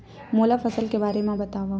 मोला फसल के बारे म बतावव?